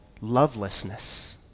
lovelessness